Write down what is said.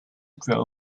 grow